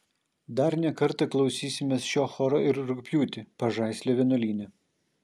dar ne kartą klausysimės šio choro ir rugpjūtį pažaislio vienuolyne